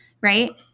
Right